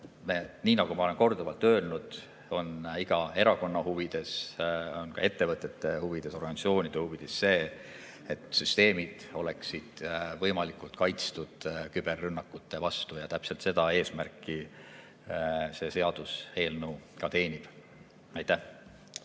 Nii nagu ma olen korduvalt öelnud, on iga erakonna huvides, on ka ettevõtete ja organisatsioonide huvides see, et süsteemid oleksid võimalikult hästi kaitstud küberrünnakute vastu. Täpselt seda eesmärki see seaduseelnõu ka teenib. Mitte